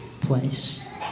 place